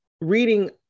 reading